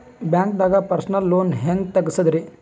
ಬ್ಯಾಂಕ್ದಾಗ personal loan ಹೆಂಗ್ ತಗ್ಸದ್ರಿ?